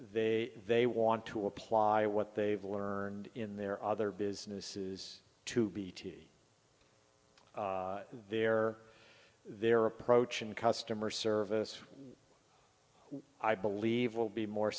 they they want to apply what they've learned in their other businesses to bt their their approach in customer service i believe will be more